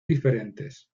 diferentes